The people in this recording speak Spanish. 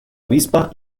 avispa